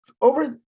over